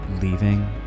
leaving